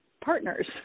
partners